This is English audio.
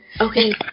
okay